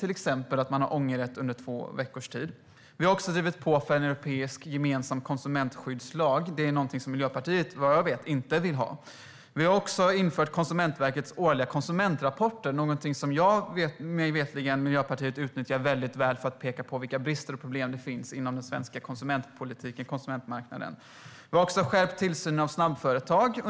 Man har till exempel ångerrätt under två veckors tid. Vi har också drivit på för en europeisk gemensam konsumentskyddslag. Vad jag vet är det någonting som Miljöpartiet inte vill ha. Vi har också infört Konsumentverkets årliga konsumentrapport. Det är mig veterligen någonting som Miljöpartiet utnyttjar väldigt väl för att peka på vilka brister och problem det finns inom den svenska konsumentmarknaden. Vi har skärpt tillsynen av snabbföretag.